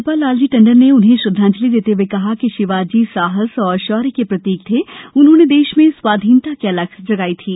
राज्यपाल लालजी टंडन ने उन्हें श्रद्धांजलि देते हुए कहा कि शिवाजी जी साहस और शौर्य के प्रतीक थे उन्होंने देश में स्वाधीनता की अलख जगाई थी